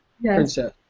princess